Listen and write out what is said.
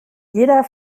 jeder